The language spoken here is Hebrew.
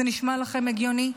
זה נשמע לכם הגיוני?